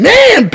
Man